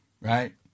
right